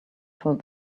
told